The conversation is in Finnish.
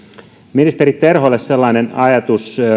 ministeri terholle tällainen ajatus